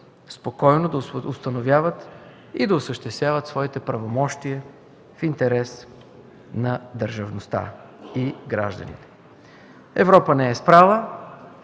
спокойно да установяват и да осъществяват своите правомощия в интерес на държавността и на гражданите. Европа не е спряла,